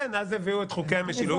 אז הביאו את חוקי המשילות,